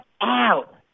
out